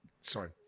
sorry